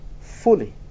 fully